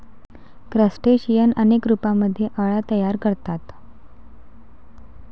crustacean अनेक रूपांमध्ये अळ्या तयार करतात